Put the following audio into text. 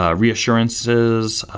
ah reassurances,